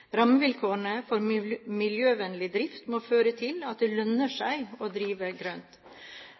miljøvennlig drift må føre til at det lønner seg å drive grønt.